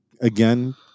again